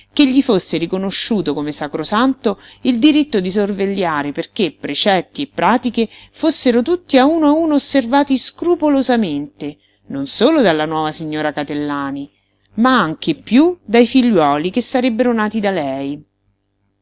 che gli fosse riconosciuto come sacrosanto il diritto di sorvegliare perché precetti e pratiche fossero tutti a uno a uno osservati scrupolosamente non solo dalla nuova signora catellani ma anche e piú dai figliuoli che sarebbero nati da lei